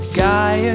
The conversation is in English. guy